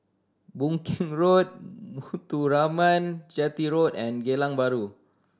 Boon Keng Road Muthuraman Chetty Road and Geylang Bahru